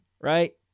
right